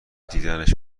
دیدنش